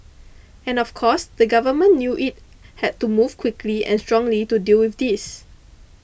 and of course the government knew it had to move quickly and strongly to deal with this